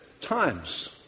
times